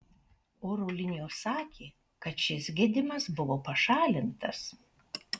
oro linijos sakė kad šis gedimas buvo pašalintas